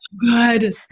good